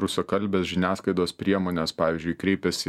rusakalbės žiniasklaidos priemonės pavyzdžiui kreipėsi